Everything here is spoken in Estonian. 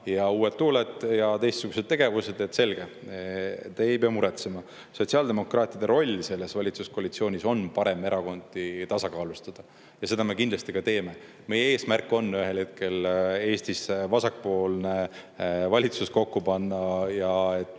uued tuuled ja teistsugused tegevused, selge. Te ei pea muretsema. Sotsiaaldemokraatide roll selles valitsuskoalitsioonis on paremerakondi tasakaalustada ja seda me kindlasti ka teeme. Meie eesmärk on ühel hetkel Eestis vasakpoolne valitsus kokku panna, et